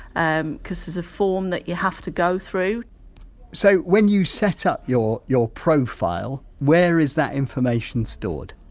um cos there's a form that you have to go through so when you setup your your profile, where is that information stored?